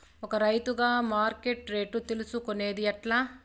ఒక రైతుగా మార్కెట్ రేట్లు తెలుసుకొనేది ఎట్లా?